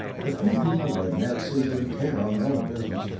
the few people they met seemed intent on their own business,